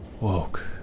Woke